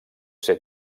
ser